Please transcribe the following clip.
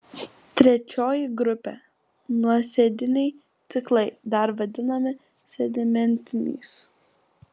trečioji grupė nuosėdiniai ciklai dar vadinami sedimentiniais